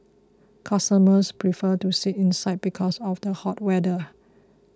customers prefer to sit inside because of the hot weather